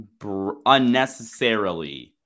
unnecessarily